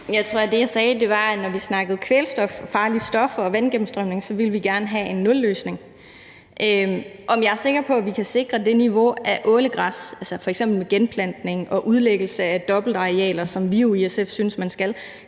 Jeg tror, at det, jeg sagde, var, at når vi snakkede kvælstof, farlige stoffer og vandgennemstrømning, så ville vi gerne have en nulløsning. Om jeg er sikker på, at vi kan sikre det niveau af ålegræs, f.eks. ved genplantning og udlæggelse af dobbeltarealer, hvad vi jo i SF synes man skal,